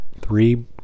Three